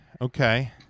Okay